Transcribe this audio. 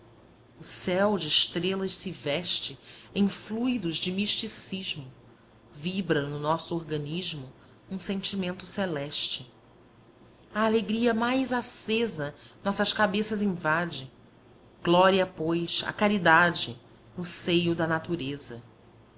o céu de estrelas se veste em fluidos de misticismo vibra no nosso organismo um sentimento celeste a alegria mais acesa nossas cabeças invade glória pois à caridade no seio da natureza